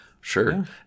Sure